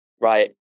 right